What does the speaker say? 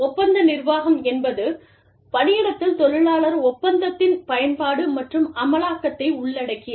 ஒப்பந்த நிர்வாகம் என்பது பணியிடத்தில் தொழிலாளர் ஒப்பந்தத்தின் பயன்பாடு மற்றும் அமலாக்கத்தை உள்ளடக்கியது